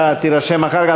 אתה תירשם אחר כך.